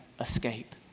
escape